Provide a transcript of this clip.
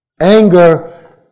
Anger